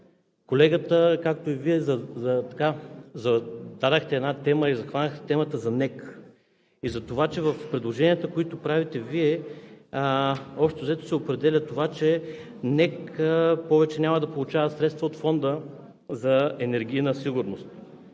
Колегата, както и Вие, зададохте една тема и захванахте темата за НЕК и затова, че в предложенията, които правите Вие, общо взето се определя това, че НЕК повече няма да получава средства от Фонда за енергийна сигурност.